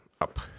up